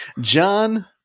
John